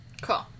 Cool